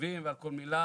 יושבים על כל מילה.